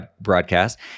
broadcast